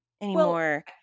anymore